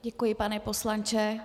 Děkuji, pane poslanče.